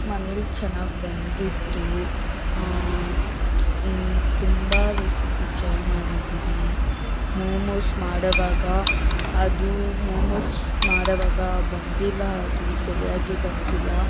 ಮನೆಲ್ಲಿ ಚೆನ್ನಾಗಿ ಬಂದಿತ್ತು ತುಂಬ ರೆಸಿಪಿ ಟ್ರೈ ಮಾಡಿದ್ದೀವಿ ಮೋಮೋಸ್ ಮಾಡುವಾಗ ಅದು ಮೋಮೋಸ್ ಮಾಡುವಾಗ ಬಂದಿಲ್ಲ ಅದು ಸರಿಯಾಗಿ ಬಂದಿಲ್ಲ